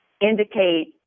indicate